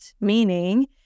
meaning